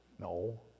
No